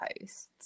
posts